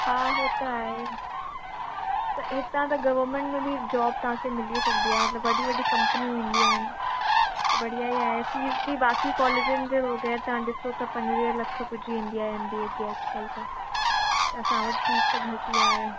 हा हो त आहे त हितां त गवर्मेंट में बि जॉब तव्हांखे मिली सघंदी आहे हुन वॾी वॾी कंपिनियूं ईंदियूं आहिनि बढ़िया ई आहे फ़ीस बि बाक़ी कोलेजनि जे वुगै तव्हां ॾिसो त पंजवीह लख कुझु ईंदी आहे एम बी ए जी अॼु कल्ह त त असां वटि फ़ीश त घटि ई आहे